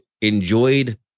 enjoyed